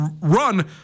run